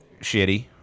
shitty